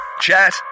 Chat